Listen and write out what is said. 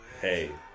Hey